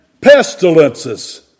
pestilences